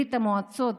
ברית המועצות,